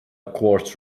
quartz